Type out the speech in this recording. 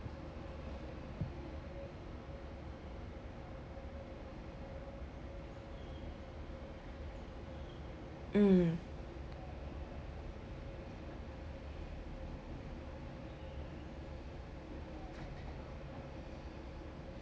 mm